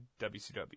WCW